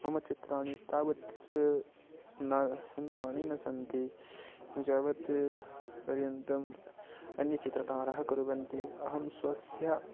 मम चित्राणि तावत् न सुन्दराणि न सन्ति यावत् पर्यन्तं अन्यचित्रकाराः कुर्वन्ति अहं स्वस्य